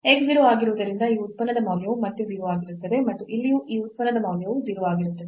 x 0 ಆಗಿರುವುದರಿಂದ ಈ ಉತ್ಪನ್ನದ ಮೌಲ್ಯವು ಮತ್ತೆ 0 ಆಗಿರುತ್ತದೆ ಮತ್ತು ಇಲ್ಲಿಯೂ ಈ ಉತ್ಪನ್ನದ ಮೌಲ್ಯವು 0 ಆಗಿರುತ್ತದೆ